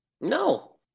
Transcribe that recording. No